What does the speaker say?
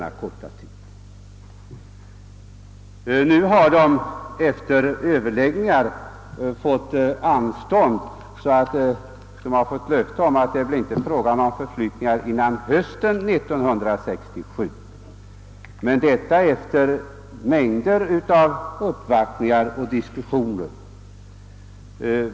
Nu har dessa befattningshavare efter mängder av uppvaktningar och diskussioner fått anstånd och löfte om att det inte blir fråga om förflyttningar före hösten 1967.